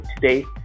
today